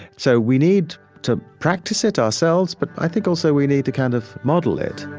so we need to practice it ourselves, but i think also we need to kind of model it